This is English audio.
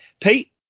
pete